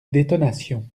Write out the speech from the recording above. détonation